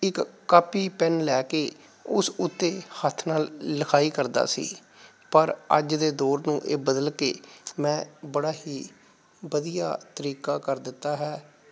ਇੱਕ copy pen ਲੈ ਕੇ ਉਸ ਉੱਤੇ ਹੱਥ ਨਾਲ ਲਿਖਾਈ ਕਰਦਾ ਸੀ ਪਰ ਅੱਜ ਦੇ ਦੌਰ ਨੂੰ ਇਹ ਬਦਲ ਕੇ ਮੈਂ ਬੜਾ ਹੀ ਵਧੀਆ ਤਰੀਕਾ ਕਰ ਦਿੱਤਾ ਹੈ